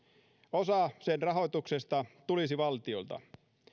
osa sen rahoituksesta tulisi valtiolta